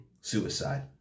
suicide